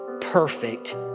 perfect